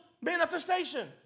manifestation